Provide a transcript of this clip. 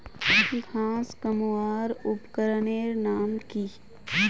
घांस कमवार उपकरनेर नाम की?